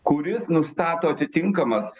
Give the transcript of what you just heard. kuris nustato atitinkamas